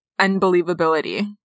unbelievability